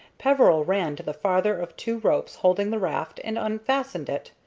peveril ran to the farther of two ropes holding the raft and unfastened it.